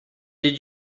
did